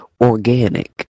organic